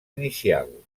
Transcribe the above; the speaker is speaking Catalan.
inicial